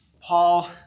Paul